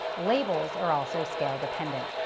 labels are also scale dependent.